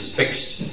fixed